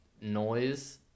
noise